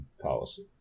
policy